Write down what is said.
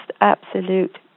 absolute